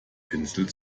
pinsel